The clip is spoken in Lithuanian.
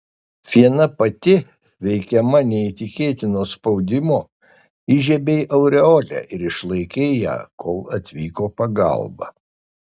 viena pati veikiama neįtikėtino spaudimo įžiebei aureolę ir išlaikei ją kol atvyko pagalba